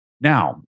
Now